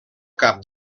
cap